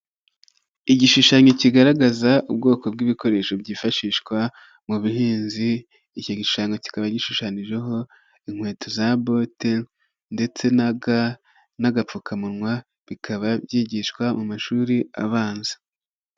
Igishushanyo kigaragaza ubwoko bw'ibikoresho byifashishwa mu buhinzi icyo gishushanyo kikaba gishushanyijeho inkweto za bote ndetsega n'agapfukamunwa bikaba byigishwa mu mashuri abanza.